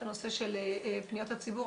את הנושא של פניות הציבור,